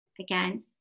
again